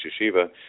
yeshiva